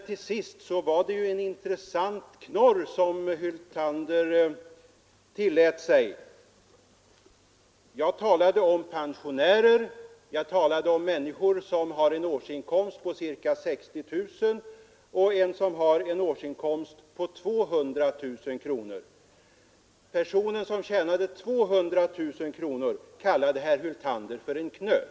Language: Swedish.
Till sist var det ju en intressant knorr herr Hyltander tillät sig. Jag talade om pensionärer, jag talade om människor som har en årsinkomst på cirka 60 000 kronor och om människor som har en årsinkomst på 200 000 kronor. En person som tjänade 200 000 kronor kallade herr Hyltander för en knöl.